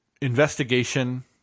investigation